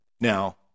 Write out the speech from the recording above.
Now